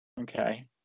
Okay